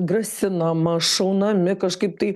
grasinama šaunami kažkaip tai